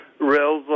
rails